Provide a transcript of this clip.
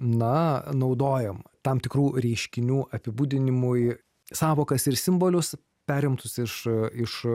na naudojam tam tikrų reiškinių apibūdinimui sąvokas ir simbolius perimtus iš iš